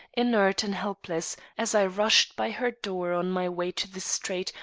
inert and helpless as i rushed by her door on my way to the street,